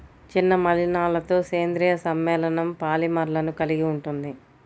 చిన్న మలినాలతోసేంద్రీయ సమ్మేళనంపాలిమర్లను కలిగి ఉంటుంది